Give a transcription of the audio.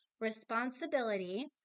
responsibility